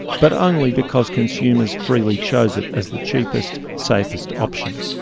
but only because consumers freely chose it as the cheapest, safest option.